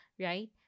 right